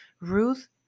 ruth